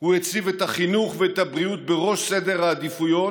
הוא הציב את החינוך ואת הבריאות בראש סדר העדיפויות,